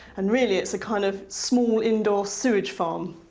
and really it's a kind of small indoor sewage farm.